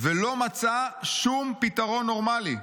ולא הורה למצוא שום פתרון נורמלי.